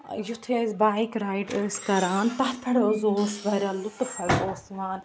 ٲں یُِتھُے أسۍ بایِک رایِڈ ٲسۍ کَران تَتھ پٮ۪ٹھ حظ اوس واریاہ لطف حظ اوس یِوان